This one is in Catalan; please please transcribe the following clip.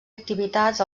activitats